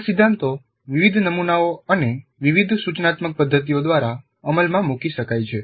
આ સિદ્ધાંતો વિવિધ નમૂનાઓ અને વિવિધ સૂચનાત્મક પદ્ધતિઓ દ્વારા અમલમાં મૂકી શકાય છે